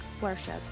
worship